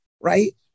right